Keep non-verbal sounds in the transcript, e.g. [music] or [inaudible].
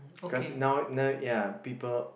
[noise] cause now know ya people